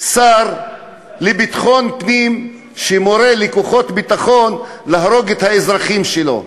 שר לביטחון פנים מורה לכוחות הביטחון להרוג את האזרחים שלו?